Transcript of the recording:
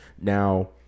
Now